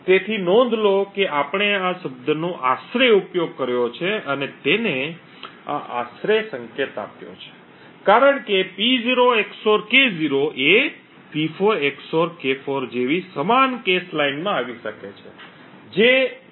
તેથી નોંધ લો કે આપણે આ શબ્દનો આશરે ઉપયોગ કર્યો છે અને તેને આ આશરે સંકેત આપ્યો છે કારણ કે P0 XOR K0 એ P4 XOR K4 જેવી સમાન કેશ લાઇનમાં આવી શકે છે